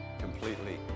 completely